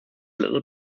little